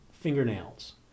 fingernails